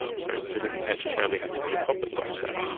so it doesn't necessarily have to be a public website.